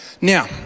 Now